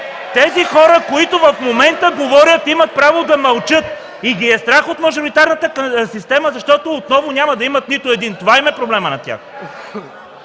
че хората, които в момента говорят, имат право да мълчат и ги е страх от мажоритарната система, защото отново няма да имат нито един. Това им е проблемът на тях.